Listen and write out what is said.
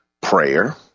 Prayer